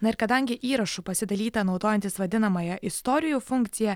na ir kadangi įrašu pasidalyta naudojantis vadinamąja istorijų funkcija